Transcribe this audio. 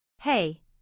Hey